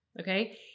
Okay